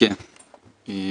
זאת אומרת,